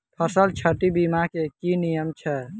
फसल क्षति बीमा केँ की नियम छै?